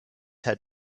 had